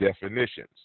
definitions